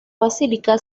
basílica